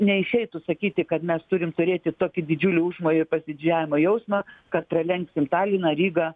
neišeitų sakyti kad mes turim turėti tokį didžiulių užmojų pasididžiavimo jausmą kad pralenksim taliną rygą